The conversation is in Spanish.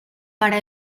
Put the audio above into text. para